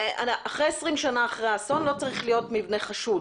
20 שנה אחרי האסון לא צריך להיות מבנה חשוד.